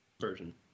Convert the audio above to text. version